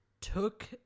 took